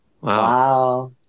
Wow